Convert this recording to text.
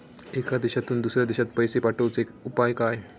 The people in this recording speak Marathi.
एका देशातून दुसऱ्या देशात पैसे पाठवचे उपाय काय?